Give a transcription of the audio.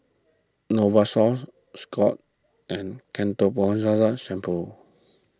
Novosource Scott's and Ketoconazole Shampoo